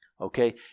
Okay